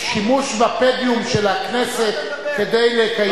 שימוש בפודיום של הכנסת כדי לקיים,